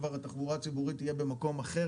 התחבורה הציבורית תהיה במקום אחר.